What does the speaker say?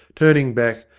turning back,